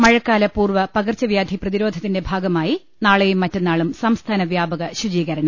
മഴക്കാലപൂർവ്വ പകർച്ചവ്യാധി പ്രതിരോധത്തിന്റെ ഭാഗമായി നാളെയും മറ്റന്നാളും സംസ്ഥാനവ്യാപക ശുചീകരണം